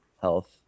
health